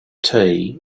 tea